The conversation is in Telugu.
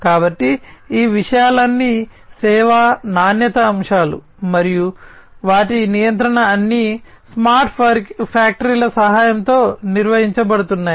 కాబట్టి ఈ విషయాలన్నీ సేవా నాణ్యత అంశాలు మరియు వాటి నియంత్రణ అన్నీ స్మార్ట్ ఫ్యాక్టరీల సహాయంతో నిర్వహించబడుతున్నాయి